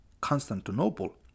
Constantinople